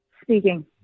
Speaking